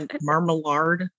Marmalade